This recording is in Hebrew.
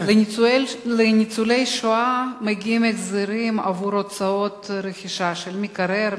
לניצולי השואה מגיעים החזרים עבור הוצאות רכישה של מקרר,